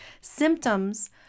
symptoms